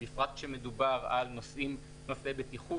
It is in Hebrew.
בפרט כשמדובר על נושאי בטיחות.